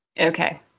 Okay